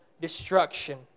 destruction